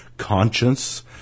conscience